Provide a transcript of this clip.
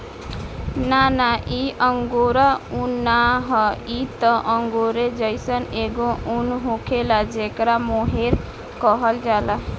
ना ना इ अंगोरा उन ना ह इ त अंगोरे जइसन एगो उन होखेला जेकरा मोहेर कहल जाला